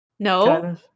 No